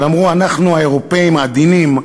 אבל אמרו: אנחנו האירופאים עדינים,